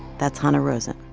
that's hanna rosin.